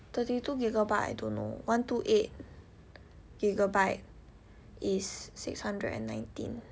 thirty two gigabyte I don't know one two eight gigabyte is six hundred and nineteen